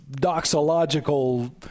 doxological